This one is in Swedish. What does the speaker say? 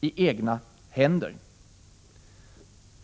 i egna händer.